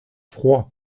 froid